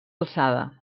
alçada